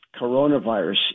coronavirus